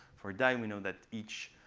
for a die we know that each